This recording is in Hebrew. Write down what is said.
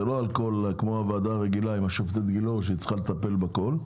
זה כמו הוועדה הרגילה עם השופטת גילאור שצריכה לטפל בכל.